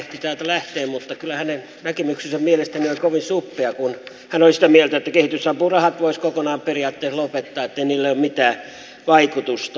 edustaja hakkarainen ehti täältä lähteä mutta hänen näkemyksensä mielestäni on kovin suppea kun hän oli sitä mieltä että kehitysapurahat voisi periaatteessa kokonaan lopettaa että ei niillä ole mitään vaikutusta